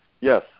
yes